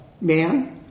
man